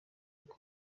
ngo